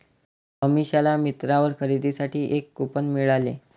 अमिषाला मिंत्रावर खरेदीसाठी एक कूपन मिळाले